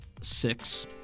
Six